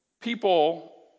people